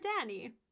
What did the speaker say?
Danny